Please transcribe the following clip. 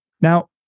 Now